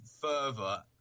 further